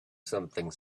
something